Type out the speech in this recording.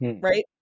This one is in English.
Right